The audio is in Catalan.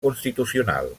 constitucional